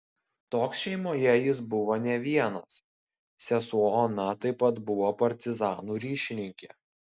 toks šeimoje jis buvo ne vienas sesuo ona taip pat buvo partizanų ryšininkė